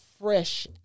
fresh